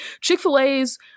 Chick-fil-A's